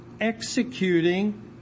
executing